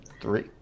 Three